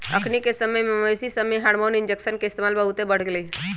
अखनिके समय में मवेशिय सभमें हार्मोन इंजेक्शन के इस्तेमाल बहुते बढ़ गेलइ ह